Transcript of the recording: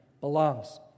Belongs